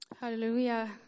Hallelujah